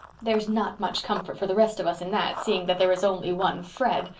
there's not much comfort for the rest of us in that, seeing that there is only one fred,